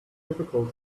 difficult